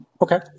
Okay